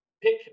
pick